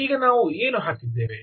ಈಗ ನಾವು ಏನು ಹಾಕಿದ್ದೇವೆ